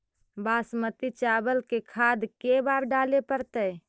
बासमती चावल में खाद के बार डाले पड़तै?